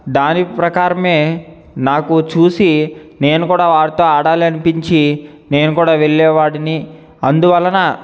దాని ప్రకారమే నాకు చూసి నేను కూడా వారితో ఆడాలనిపించి నేను కూడా వెళ్ళేవాడిని అందువలన